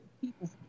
people